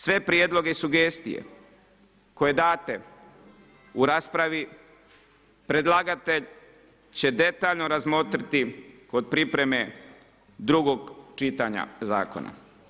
Sve prijedloge i sugestije koje date u raspravi predlagatelj će detaljno razmotriti kod pripreme drugog čitanja zakona.